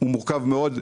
הוא מורכב מאוד.